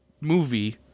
movie